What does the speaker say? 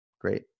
Great